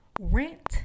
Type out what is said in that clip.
rent